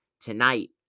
tonight